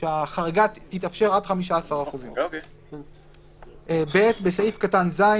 כלומר שהחריגה תתאפשר עד 15%. (ב)בסעיף קטן (ז),